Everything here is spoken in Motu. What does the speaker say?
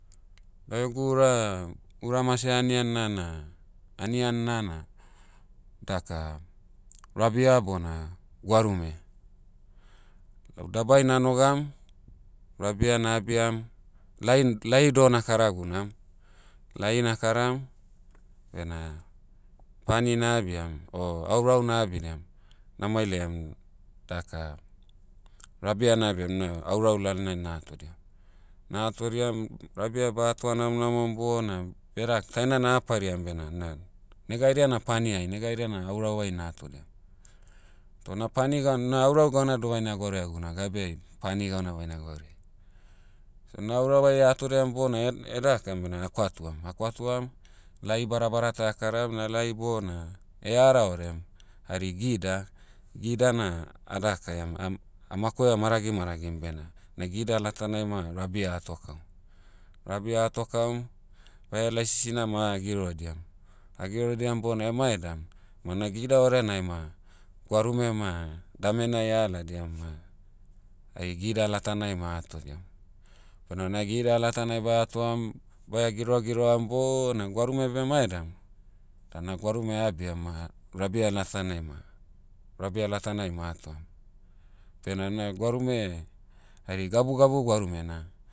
Lau egu ura, ura mase anian'na na- anian'na na, daka, rabia bona gwarume. Lau dabai na'nogam, rabia na'abiam, lain- lahi doh na'kara gunam. Lahi na'karam, bena, pani na'abiam o aurau na'abidiam, na'mailaiam, daka, rabia na'abiam na aurau lalonai na'hatodiam. Na'hatodiam, rabia ba'hatoa namonamom bona, beda taina na'hapariam bena na, nega haidia na pani'ai nega haidia na aurau'ai na'hatodiam. To na pani gan- na aurau gauna do bai na'gwauraia guna gabeai, pani gauna baina gwaurai. So na aurau'ai a'atodiam bona eh- da'akam bena a'kwatuam. A'kwatuam, lahi badabada ta a'karam. Na lahi bona, ara orem, hari gida, gida na, a dahakaiam, ahm- a'makoia maragi maragim bena, na gida latanai ma rabia a'hato kaum. Rabia a'hato kaum, baia helai sisina ma a'girodiam. A'girodiam bona maedam, ma na gida orenai ma, gwarume ma, damenai a'aladiam ma, hai gida latanai ma a'atodiam. Bona na gida latanai ba atoam, baia giroa giroam bona gwarume beh maedam, da na gwarume a'abiam ma, rabia latanai ma- rabia latanai ma a'atoam. Toh ena na gwarume, hari gabugabu gwarume'na,